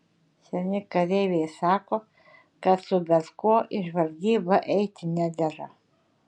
seni kareiviai sako kad su bet kuo į žvalgybą eiti nedera